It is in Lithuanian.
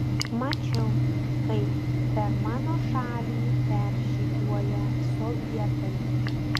mačiau kaip per mano šalį peržygiuoja sovietai